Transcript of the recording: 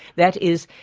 that is,